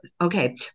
okay